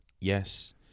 Yes